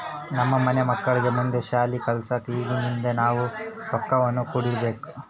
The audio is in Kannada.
ನಮ್ಮ ಮನೆ ಮಕ್ಕಳಿಗೆ ಮುಂದೆ ಶಾಲಿ ಕಲ್ಸಕ ಈಗಿಂದನೇ ನಾವು ರೊಕ್ವನ್ನು ಕೂಡಿಡಬೋದು